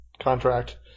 contract